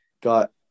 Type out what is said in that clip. Got